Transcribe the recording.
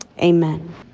amen